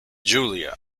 julia